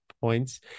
points